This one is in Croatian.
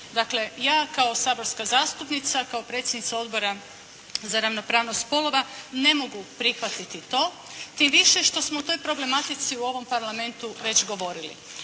Dakle ja kao saborska zastupnica, kao predsjednica Odbora za ravnopravnost spolova ne mogu prihvatiti to tim više što smo o toj problematici u ovom Parlamentu već govorili.